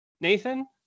Nathan